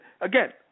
again